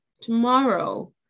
tomorrow